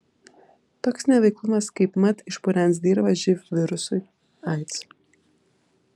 toks neveiklumas kaipmat išpurens dirvą živ virusui aids